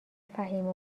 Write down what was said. فهیمه